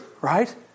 right